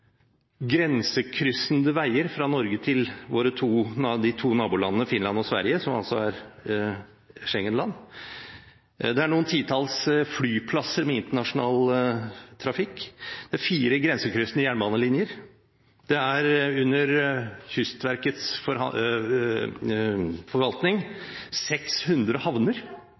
grensekryssende veier fra Norge til våre to naboland Finland og Sverige, som altså er Schengen-land. Det er noen titalls flyplasser med internasjonal trafikk. Det er fire grensekryssende jernbanelinjer. Det er under Kystverkets forvaltning 600 havner,